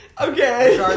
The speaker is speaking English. Okay